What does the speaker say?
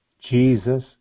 Jesus